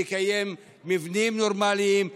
לקיים מבנים נורמליים,